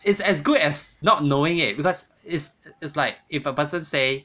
it's as good as not knowing it because it's it's like if a person say